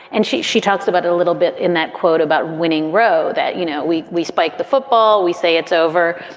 and she she talks about a little bit in that quote about winning roe that, you know, we we spike the football, we say it's over.